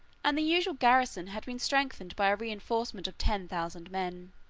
and the usual garrison had been strengthened by a reenforcement of ten thousand men.